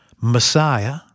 Messiah